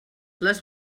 les